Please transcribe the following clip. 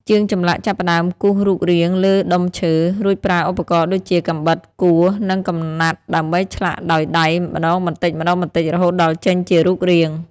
ជាងចម្លាក់ចាប់ផ្ដើមគូសរូបរាងលើដុំឈើ រួចប្រើឧបករណ៍ដូចជា កាំបិត កួរ និងកំណាត់ដើម្បីឆ្លាក់ដោយដៃម្ដងបន្តិចៗរហូតដល់ចេញជារូបរាង។